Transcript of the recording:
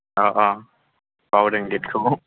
अ अ बावदों डेटखौ